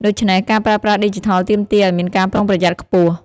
ដូច្នេះ ការប្រើប្រាស់ឌីជីថលទាមទារឱ្យមានការប្រុងប្រយ័ត្នខ្ពស់។